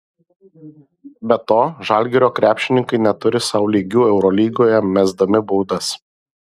be to žalgirio krepšininkai neturi sau lygių eurolygoje mesdami baudas